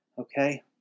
okay